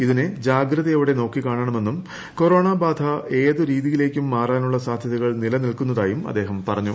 ഇതിനെ ജാഗ്രതയോടെ നോക്കിക്കാണണമെന്നും കൊറോണ ബാധ ഏതു രീതിയിലേക്കും മാറാനുള്ള സാധ്യതകൾ നിലനിൽക്കുന്നതായും അദ്ദേഹം പറഞ്ഞു